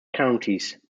counties